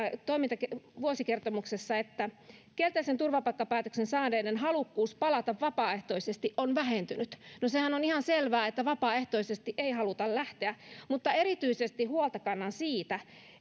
vuosikertomuksessa kerrotaan että kielteisen turvapaikkapäätöksen saaneiden halukkuus palata vapaaehtoisesti on vähentynyt no sehän on ihan selvää että vapaaehtoisesti ei haluta lähteä mutta erityisesti huolta kannan siitä